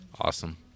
awesome